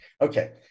Okay